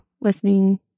listening